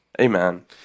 amen